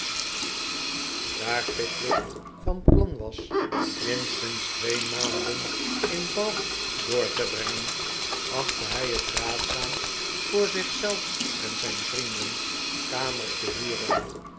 daar pickwick van plan was minstens twee maanden in bath door te brengen achtte hij het raadzaam voor zich zelf en zijn vrienden kamers te huren